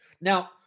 Now